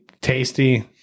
tasty